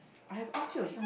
I have asked you or